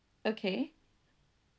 okay